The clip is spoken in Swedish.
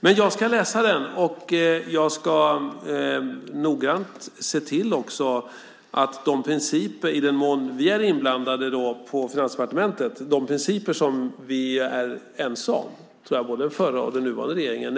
Men jag ska läsa dokumentet, och i den mån vi är inblandade på Finansdepartementet ska jag också noggrant se till de principer som vi är ense om i både den nuvarande och den förra regeringen.